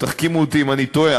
תחכימו אותי אם אני טועה,